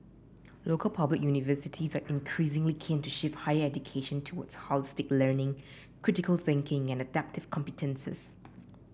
local public universities are increasingly keen to shift higher education towards holistic learning critical thinking and adaptive competences